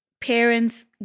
parents